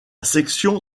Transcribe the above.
section